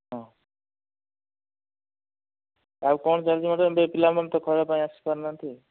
ହଁ ଆଉ କଣ ଚାଲିଛି ମ୍ୟାଡାମ ପିଲାମାନେ ତ ଖରା ପାଇଁ ଆସିପାରୁନାହାନ୍ତି